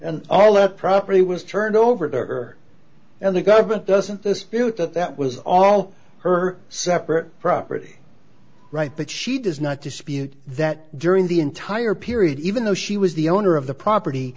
and all that property was turned over to earth and the government doesn't this that that was all her separate property right but she does not dispute that during the entire period even though she was the owner of the property